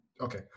Okay